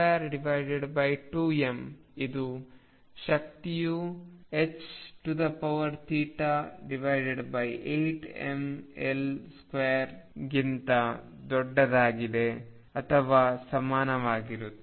p22m ಇದು ಶಕ್ತಿಯು 28mL2ಗಿಂತ ದೊಡ್ಡದಾಗಿದೆ ಅಥವಾ ಸಮನಾಗಿರುತ್ತದೆ